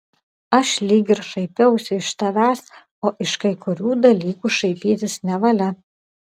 aš lyg ir šaipiausi iš tavęs o iš kai kurių dalykų šaipytis nevalia